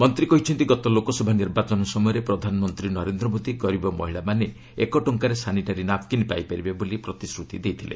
ମନ୍ତ୍ରୀ କହିଛନ୍ତି ଗତ ଲୋକସଭା ନିର୍ବାଚନ ସମୟରେ ପ୍ରଧାନମନ୍ତ୍ରୀ ନରେନ୍ଦ୍ର ମୋଦୀ ଗରିବ ମହିଳାମାନେ ଏକ ଟଙ୍କାରେ ସାନିଟାରୀ ନାପ୍କିନ୍ ପାଇପାରିବେ ବୋଲି ପ୍ରତିଶ୍ରତି ଦେଇଥିଲେ